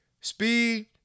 Speed